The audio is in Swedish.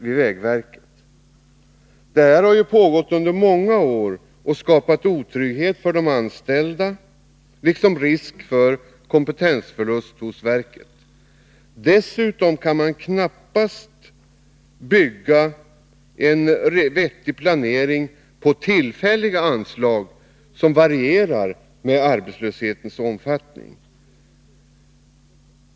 Den här utvecklingen har pågått under många år och skapat otrygghet för de anställda liksom risk för kompetensförlust hos verket. Dessutom kan man knappast bygga en vettig planering på tillfälliga anslag som varierar med arbetslöshetens omfattning.